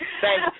Thank